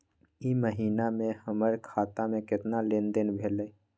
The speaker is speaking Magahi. ई महीना में हमर खाता से केतना लेनदेन भेलइ?